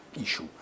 issue